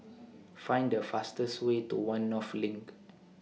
Find The fastest Way to one North LINK